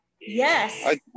Yes